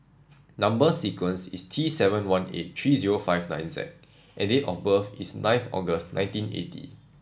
number sequence is T seven one eight three zero five nine Z and date of birth is ninth August nineteen eighty